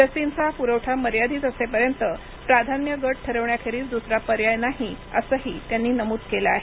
लसींचा पुरवठा मर्यादित असेपर्यंत प्राधान्य गट ठरविण्याखेरीज दुसरा पर्याय नाही असंही त्यांनी नमूद केलं आहे